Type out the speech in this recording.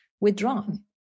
withdrawn